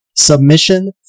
Submission